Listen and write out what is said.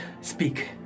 speak